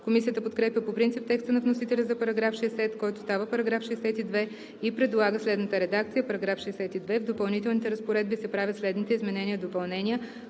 Комисията подкрепя по принцип текста на вносителя за § 60, който става § 62, и предлага следната редакция: „§ 62. В допълнителните разпоредби се правят следните изменения и допълнения: